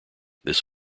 this